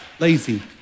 Lazy